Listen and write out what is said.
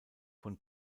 von